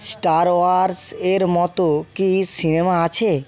star Wars এর মতো কি সিনেমা আছে